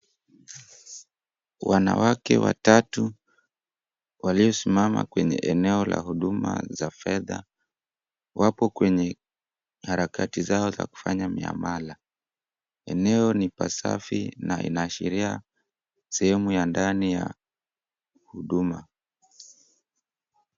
Wanawake watatu waliosimama kwenye eneo la huduma za fedha, wapo kwenye harakati zao za kufanya miamala. Eneo ni pasafi na inaashiria sehemu ya ndani ya huduma.